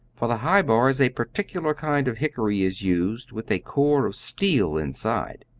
for the high bars a particular kind of hickory is used with a core of steel inside.